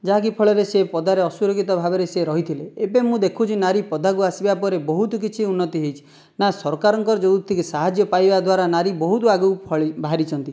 ଯାହାକି ଫଳରେ ସେ ପଦାରେ ଅସୁରକ୍ଷିତ ଭାବରେ ସେ ରହିଥିଲେ ଏବେ ମୁଁ ଦେଖୁଛି ନାରୀ ପଦାକୁ ଆସିବା ପରେ ବହୁତ କିଛି ଉନ୍ନତି ହୋଇଛି ନା ସରକାରଙ୍କ ଯେଉଁ ଟିକେ ସାହାଯ୍ୟ ପାଇବା ଦ୍ଵାରା ନାରୀ ବହୁତ ଆଗକୁ ଫଳି ବାହାରିଛନ୍ତି